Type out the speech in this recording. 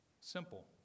simple